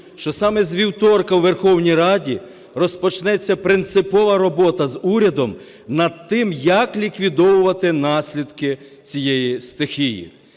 що саме з вівторка у Верховній Раді розпочнеться принципова робота з урядом над тим, як ліквідовувати наслідки цієї стихії.